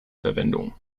verwendung